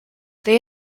they